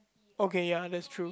okay ya that's true